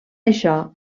això